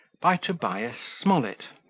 by tobias smollett